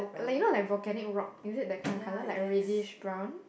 like you know like volcanic rock is it that kind of colour like reddish brown